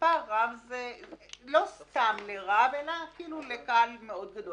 מספר רב זה לא סתם רב אלא לקהל גדול מאוד.